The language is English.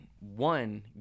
one